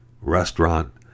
restaurant